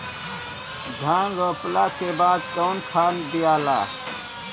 धान रोपला के बाद कौन खाद दियाला?